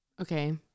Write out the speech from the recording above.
Okay